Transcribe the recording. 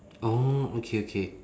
oh okay okay